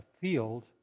field